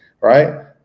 right